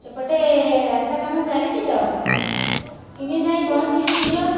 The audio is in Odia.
ସେପଟେ ରାସ୍ତା କାମ ଚାଲିଛି ତ କେମିତି ଯାଇ ପହଞ୍ଚିବି ଶୀଘ୍ର